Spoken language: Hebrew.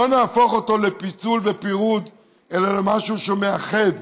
לא נהפוך אותו לפיצול ופירוד אלא למשהו שמאחד.